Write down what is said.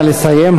נא לסיים.